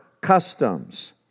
customs